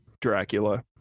Dracula